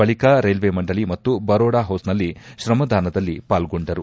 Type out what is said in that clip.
ಬಳಿಕ ರೈಲ್ವೆ ಮಂಡಳಿ ಮತ್ತು ಬರೋಡ ಹೌಸ್ನಲ್ಲಿ ತ್ರಮದಾನದಲ್ಲಿ ಪಾಲ್ಗೊಂಡರು